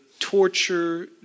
torture